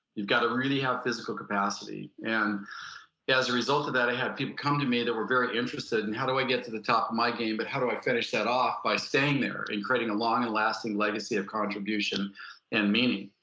you've got to really have physical capacity and as a result of that i had people come to me that were very interested in how do i get to the top of my game but how do i finish that off by staying there and creating a long and lasting legacy of contribution and meaning.